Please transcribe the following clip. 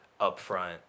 upfront